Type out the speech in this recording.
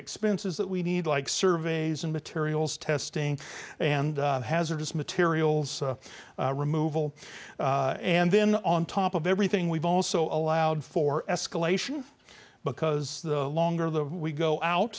expenses that we need like surveys and materials testing and hazardous materials removal and then on top of everything we've also allowed for escalation because the longer the we go